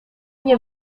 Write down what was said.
nie